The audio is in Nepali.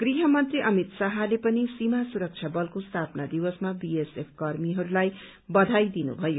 गृहमन्त्री अमित शाहले पनि सीमा सुरक्षा बलको स्थापना दिवसमा बीएसएफ कर्मीहरूलाई बधाई दिनुभयो